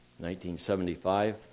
1975